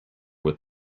with